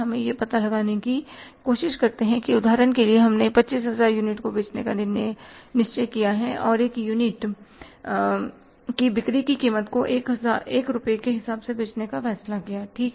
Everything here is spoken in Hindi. हम यह पता लगाने की कोशिश करते हैं कि उदाहरण के लिए हमने 25000 यूनिट को बेचने का निश्चय किया और एक यूनिट की बिक्री की कीमत को 1 रुपए के हिसाब से बेचने का फैसला किया ठीक